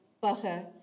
butter